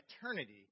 eternity